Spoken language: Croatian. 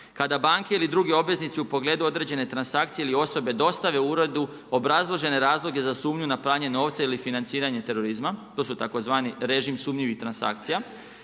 Kada banke ili drugi obveznici u pogledu određene transakcije ili osobe dostave uredu obrazložene razloge za sumnju na pranje novca ili financiranje terorizma, to su tzv. režim sumnjivih transakcija.